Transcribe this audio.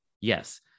Yes